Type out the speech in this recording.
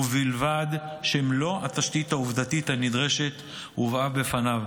ובלבד שמלוא התשתית העובדתית הנדרשת הובאה בפניו.